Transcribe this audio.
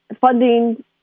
funding